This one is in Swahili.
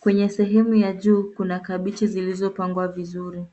Kwenye sehemu ya juu kuna kabichi zilizopangwa vizuri.